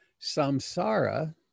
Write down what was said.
samsara